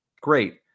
Great